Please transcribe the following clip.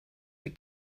for